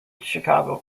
chicago